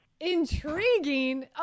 intriguing